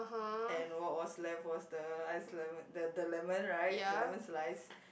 and what was left was the iced lemon the the lemon right the lemon slice